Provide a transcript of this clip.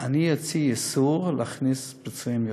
אני אוציא איסור להכניס פצועים.